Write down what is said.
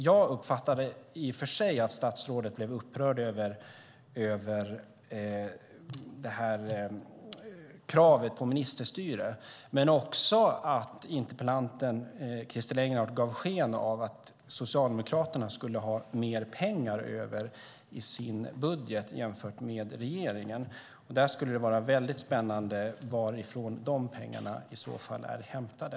Jag uppfattade i och för sig att statsrådet blev upprörd över kravet på ministerstyre men också över att interpellanten Christer Engelhardt gav sken av att Socialdemokraterna skulle ha mer pengar än regeringen i sin budget. Det skulle vara mycket spännande att få höra varifrån de pengarna i så fall är hämtade.